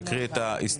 יקריא את ההסתייגות,